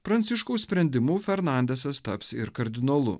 pranciškaus sprendimu fernandesas taps ir kardinolu